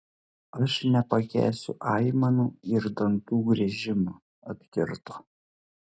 aš nepakęsiu aimanų ir dantų griežimo atkirto